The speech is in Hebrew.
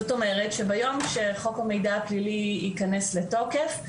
זאת אומרת שביום שחוק המידע הפלילי ייכנס לתוקף,